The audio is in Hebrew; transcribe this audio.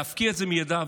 להפקיע את זה מידיו,